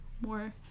more